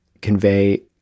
convey